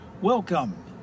Welcome